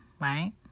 right